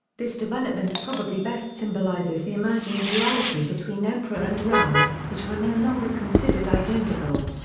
this development probably best symbolizes the emerging duality between emperor and realm, which were no longer considered identical.